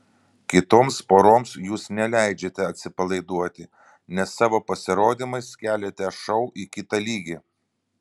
kitoms poroms jūs neleidžiate atsipalaiduoti nes savo pasirodymais keliate šou į kitą lygį